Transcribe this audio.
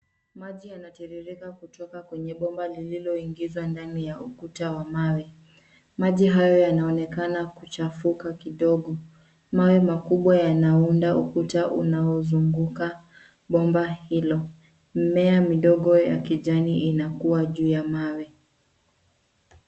Maji yanatiririka kutoka kwenye bomba lililoingizwa ndani ya ukuta wa mawe. Maji hayo yanaonekana kuchafuka kidogo. Mawe makubwa yanaunda ukuta unaozunguka bomba hilo. Mmea midogo ya kijani inakuwa juu ya mawe.